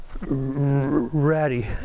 ratty